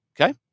okay